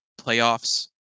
playoffs